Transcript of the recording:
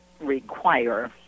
require